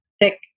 thick